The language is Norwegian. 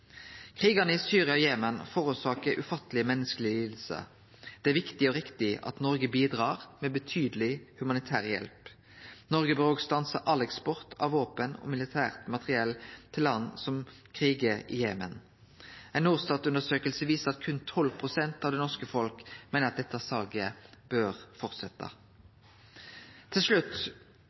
Krigane i Syria og Jemen er årsak til ufattelege menneskelege lidingar. Det er viktig og riktig at Noreg bidrar med betydeleg humanitær hjelp. Noreg bør òg stanse all eksport av våpen og militært materiell til land som krigar i Jemen. Ei Norstat-undersøking viser at berre 12 pst. av det norske folket meiner at dette salet bør fortsetje. Til